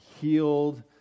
healed